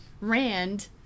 Rand